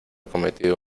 cometido